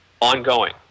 Ongoing